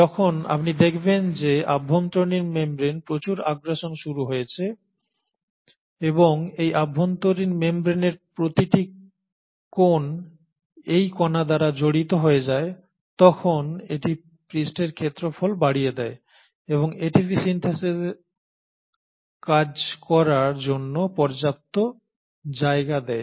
যখন আপনি দেখবেন যে অভ্যন্তরীণ মেমব্রেন প্রচুর আগ্রাসন শুরু হয়েছে এবং এই অভ্যন্তরীণ মেমব্রেনের প্রতিটি কোণ এই কণা দ্বারা জড়িত হয়ে যায় তখন এটি পৃষ্ঠের ক্ষেত্রফল বাড়িয়ে দেয় এবং এটিপি সিন্থেসের কাজ করার জন্য পর্যাপ্ত জায়গা দেয়